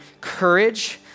courage